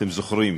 אתם זוכרים,